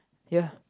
ya